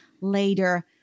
later